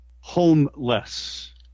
homeless